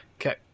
Okay